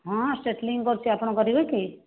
ହଁ ଷ୍ଟ୍ରେଟନିଙ୍ଗ କରୁଛି ଆପଣ କରିବେ କି